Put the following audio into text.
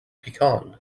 pecan